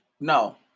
no